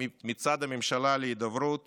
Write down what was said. מצד הממשלה להידברות